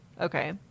Okay